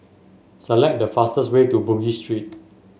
select the fastest way to Bugis Street